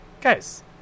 guys